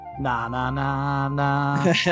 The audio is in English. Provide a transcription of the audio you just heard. Na-na-na-na